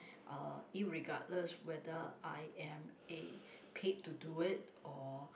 uh irregardless whether I am A paid to do it or